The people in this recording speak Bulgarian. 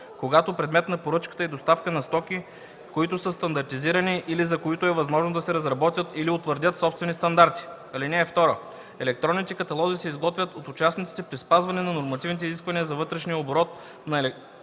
когато предмет на поръчката е доставка на стоки, които са стандартизирани или за които е възможно да се разработят или утвърдят собствени стандарти. (2) Електронните каталози се изготвят от участниците при спазване на нормативните изисквания за вътрешния оборот на електронни документи,